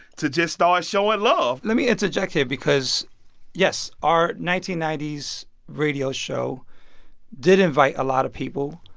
to just start ah ah showing love let me interject here because yes, our nineteen ninety s radio show did invite a lot of people.